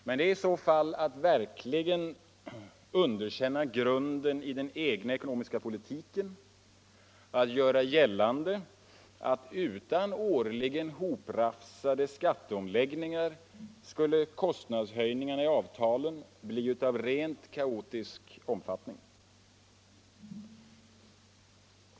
Men det är i så fall att verkligen underkänna grunden i den egna ekonomiska politiken att göra gällande att utan årligen hoprafsade skatteomläggningar skulle kostnadshöjningarna i avtalen bli av rent kaotisk omfattning.